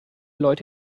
leute